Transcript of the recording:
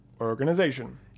organization